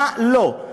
מה לא?